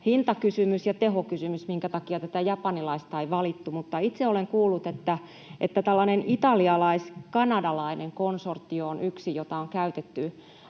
hintakysymys ja tehokysymys, minkä takia tätä japanilaista ei valittu. Itse olen kuullut, että tällainen italialais-kanadalainen konsortio on yksi, jota on käytetty